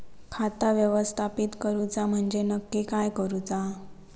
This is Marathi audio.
खाता व्यवस्थापित करूचा म्हणजे नक्की काय करूचा?